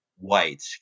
white